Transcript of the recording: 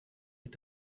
est